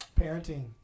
parenting